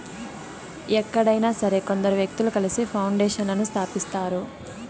ఎక్కడైనా సరే కొందరు వ్యక్తులు కలిసి పౌండేషన్లను స్థాపిస్తారు